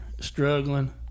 struggling